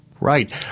Right